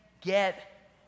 get